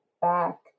back